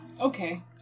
Okay